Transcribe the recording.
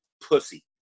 pussy